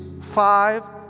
five